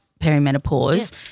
perimenopause